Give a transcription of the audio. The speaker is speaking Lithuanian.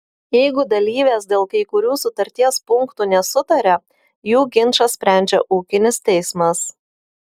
jeigu dalyvės dėl kai kurių sutarties punktų nesutaria jų ginčą sprendžia ūkinis teismas